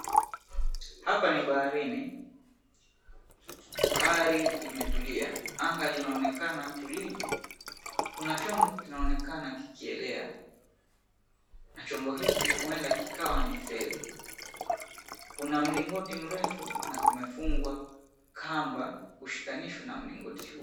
Hapa ni baharini. Bahari imetulia. Anga linaonekana tulivu. Kuna chombo kinaonekana kikielea na chombo hiki huenda kikawa ni feri. Kuna mlingoti mrefu na kumefungwa kamba kushikanisha na mlingoti huu.